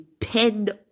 depend